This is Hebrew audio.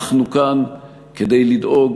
אנחנו כאן כדי לדאוג